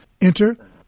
Enter